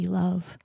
love